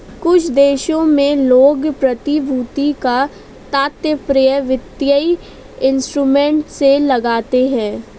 कुछ देशों में लोग प्रतिभूति का तात्पर्य वित्तीय इंस्ट्रूमेंट से लगाते हैं